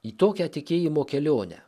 į tokią tikėjimo kelionę